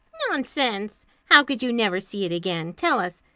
nonsense. how could you never see it again? tell us.